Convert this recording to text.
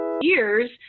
years